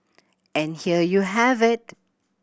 and here you have it